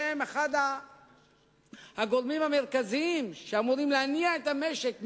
שהם אחד הגורמים המרכזיים שאמורים להניע את המשק מבית,